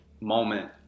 moment